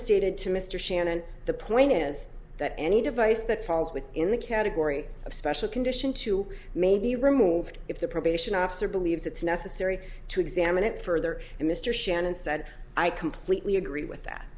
stated to mr shannon the plane is that any device that falls within the category of special condition too may be removed if the probation officer believes it's necessary to examine it further and mr shannon said i completely agree with that